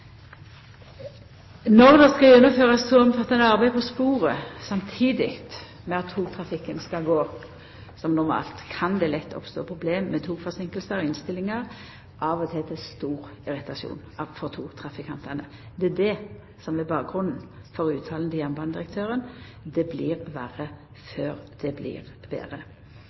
Når det skal gjennomførast så omfattande arbeid på sporet samtidig med at togtrafikken skal gå som normalt, kan det lett oppstå problem med togforseinkingar og innstillingar av tog, til stor irritasjon for togtrafikantane. Det er det som er bakgrunnen for utsegna til jernbanedirektøren om at «det blir verre før det blir